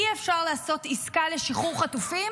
אי-אפשר לעשות עסקה לשחרור חטופים,